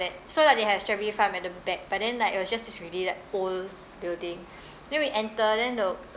that so like it has a strawberry farm at the back but then like it was just this really like old building then we enter then the